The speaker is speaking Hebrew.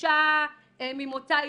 אישה ממוצא אתיופיה,